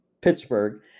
Pittsburgh